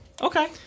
Okay